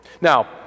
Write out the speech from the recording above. Now